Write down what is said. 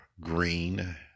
green